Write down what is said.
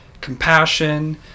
compassion